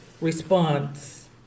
response